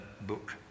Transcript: book